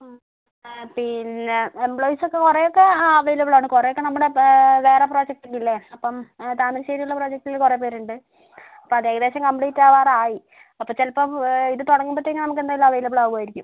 ആ പിന്നെ എമ്പ്ലോയിസ് കുറേയൊക്കെ അവൈലബിൾ ആണ് കുറേ ഒക്കെ നമ്മുടെ വേറെ പ്രോജെക്റ്റിൽ ഇല്ലേ അപ്പം താമരശ്ശേരിയുള്ള പ്രോജെക്റ്റിൽ കുറേ പേരുണ്ട് അപ്പോൾ അത് ഏകദേശം കമ്പ്ലീറ്റ് ആവാറായി അപ്പോൾ ചിലപ്പം ഇത് തുടങ്ങുമ്പത്തേനും നമുക്കെന്തായാലും അവൈലബിൾ ആവുമായിരിക്കും